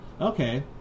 Okay